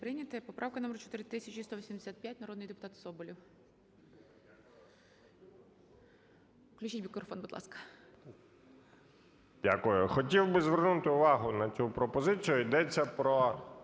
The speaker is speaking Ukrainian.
Дякую. Хотів би звернути увагу на цю пропозицію. Йдеться про